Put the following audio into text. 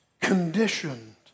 conditioned